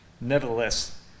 nevertheless